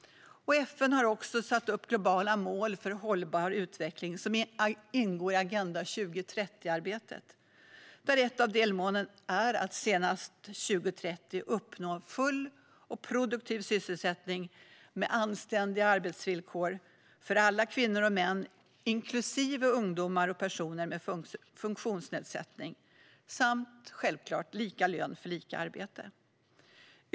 FN har också satt upp globala mål för hållbar utveckling, som ingår i Agenda 2030-arbetet. Ett av delmålen är att senast 2030 uppnå full och produktiv sysselsättning med anständiga arbetsvillkor för alla kvinnor och män, inklusive ungdomar och personer med funktionsnedsättning samt, självklart, lika lön för lika arbete.